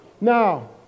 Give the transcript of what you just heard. Now